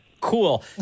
Cool